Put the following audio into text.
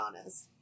honest